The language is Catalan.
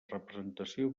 representació